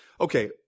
okay